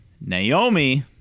Naomi